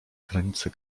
granice